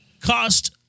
cost